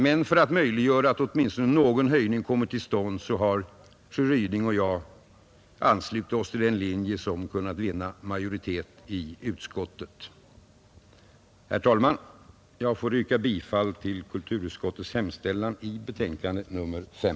Men för att möjliggöra att åtminstone någon höjning kommer till stånd har fru Ryding och jag anslutit oss till den linje, som kunnat vinna majoritet i utskottet. Herr talman! Jag får yrka bifall till kulturutskottets hemställan i betänkande nr 5.